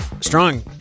strong